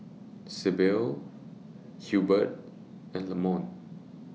Sybil Hilbert and Lamont